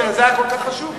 שזה היה כל כך חשוב.